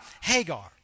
Hagar